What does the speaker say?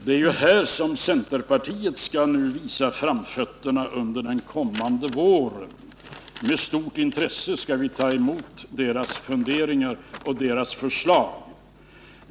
Det är här centerpartiet nu skall visa framfötterna under den kommande våren. Med stort intresse skall vi ta emot deras funderingar och deras förslag.